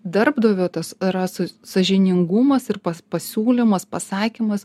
darbdavio tas yra są sąžiningumas ir pas pasiūlymas pasakymas